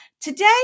Today